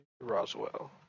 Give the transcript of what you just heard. Roswell